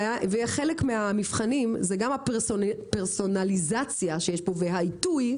וחלק מהמבחנים זה גם הפרסונליזציה שיש פה והעיתוי,